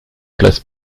place